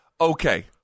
Okay